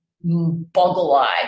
boggle-eyed